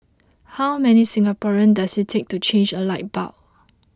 how many Singaporeans does it take to change a light bulb